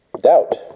Doubt